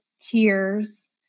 tears